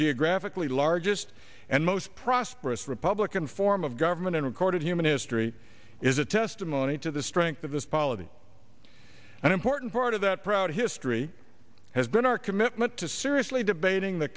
geographically largest and most prosperous republican form of government in recorded human history is a testimony to the strength of this polity an important part of that proud history has been our commitment to seriously debating the